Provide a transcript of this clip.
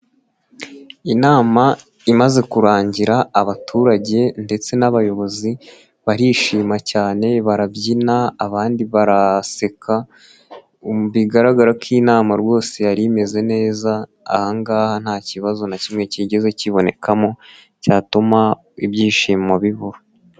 Inama imaze kurangira abaturage ndetse n'abayobozi barishima cyane barabyina abandi baraseka bigaragara ko iyi inama rwose yari imeze neza aha ngaha nta kibazo na kimwe kigeze kibonekamo cyatuma ibyishimo bibura.